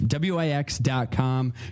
Wix.com